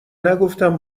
نگفتم